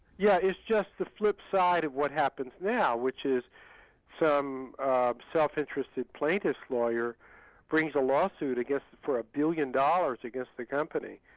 yeah it's just the flipside of what happens now, which is some self-interested plaintiff's lawyer brings a lawsuit for a billion dollars against the company,